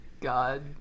god